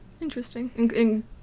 Interesting